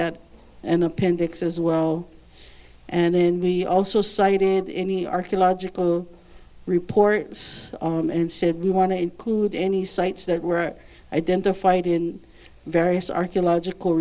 that and appendix as well and then we also cited any archaeological report and said we want to include any sites that were identified in various archaeological